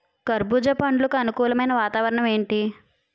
కర్బుజ పండ్లకు అనుకూలమైన వాతావరణం ఏంటి?